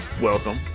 welcome